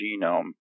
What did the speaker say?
genome